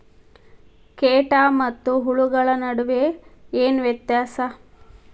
ಕೇಟ ಮತ್ತು ಹುಳುಗಳ ನಡುವೆ ಏನ್ ವ್ಯತ್ಯಾಸ?